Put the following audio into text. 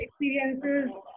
experiences